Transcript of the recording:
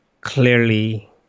clearly